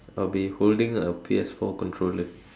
I'll be holding a P_S four controller